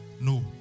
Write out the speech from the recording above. no